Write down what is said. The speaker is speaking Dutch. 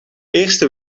eerste